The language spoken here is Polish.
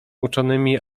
uczonymi